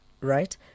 right